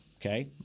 Okay